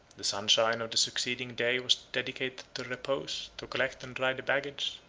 the sunshine of the succeeding day was dedicated to repose, to collect and dry the baggage,